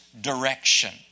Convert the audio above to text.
direction